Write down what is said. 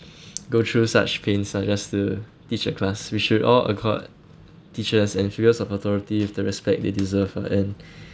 go through such pains ah just to teach a class we should all accord teachers and figures of authority of the respect they deserve ah and